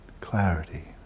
clarity